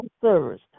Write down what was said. service